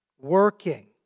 Working